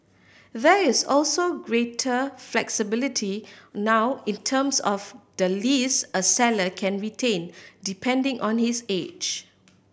there is also greater flexibility now in terms of the lease a seller can retain depending on his age